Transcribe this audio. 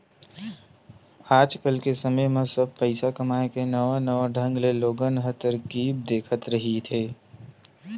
आज के समे म सब पइसा कमाए के नवा नवा ढंग ले लोगन ह तरकीब देखत रहिथे